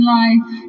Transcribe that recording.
life